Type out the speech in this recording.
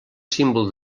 símbol